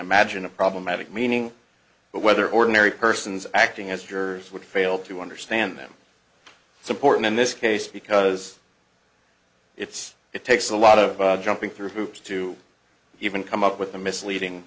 imagine a problematic meaning but whether ordinary persons acting as jurors would fail to understand them so important in this case because it's it takes a lot of jumping through hoops to even come up with a misleading